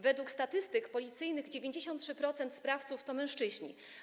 Według statystyk policyjnych 93% sprawców to mężczyźni.